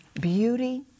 beauty